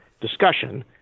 discussion